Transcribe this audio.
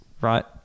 right